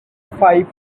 five